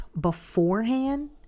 beforehand